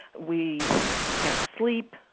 we can't sleep.